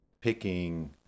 picking